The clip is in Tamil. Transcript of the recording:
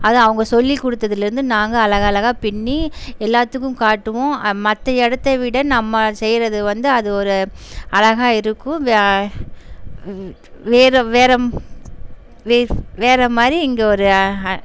அது அவங்க சொல்லிக் குடுத்ததுலேருந்து நாங்கள் அழகழகாக பின்னி எல்லாத்துக்கும் காட்டுவோம் மற்ற இடத்த விட நம்ம செய்கிறது வந்து அது ஒரு அழகாக இருக்கும் வேற வேற வே வேற மாதிரி இங்கே ஒரு